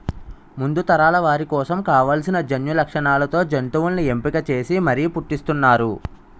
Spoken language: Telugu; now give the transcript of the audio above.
ముందు తరాల వారి కోసం కావాల్సిన జన్యులక్షణాలతో జంతువుల్ని ఎంపిక చేసి మరీ పుట్టిస్తున్నారు